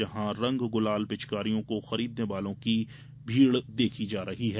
जहां रंग गुलाल पिचकारियों को खरीदने वालों की भीड़ बढ़ रही है